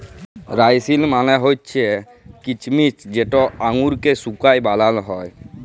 রাইসিল মালে হছে কিছমিছ যেট আঙুরকে শুঁকায় বালাল হ্যয়